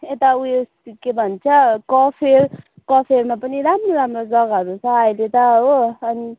यता उयो के भन्छ कफेर कफेरमा पनि राम्रो राम्रो जग्गाहरू छ अहिले त हो अनि